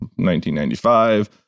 1995